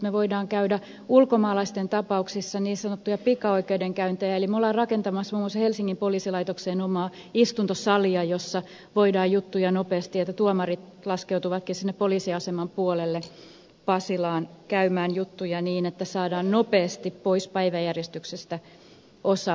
me voimme käydä ulkomaalaisten tapauksissa niin sanottuja pikaoikeudenkäyntejä eli me olemme rakentamassa muun muassa helsingin poliisilaitokseen omaa istuntosalia jossa voidaan juttuja nopeasti käsitellä niin että tuomarit laskeutuvatkin sinne poliisiaseman puolelle pasilaan käymään juttuja niin että saadaan nopeasti pois päiväjärjestyksestä osa jutuista